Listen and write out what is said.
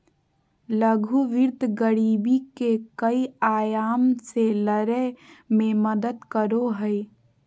लघु वित्त गरीबी के कई आयाम से लड़य में मदद करो हइ